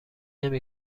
نمی